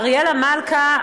לאריאלה מלכה,